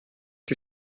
die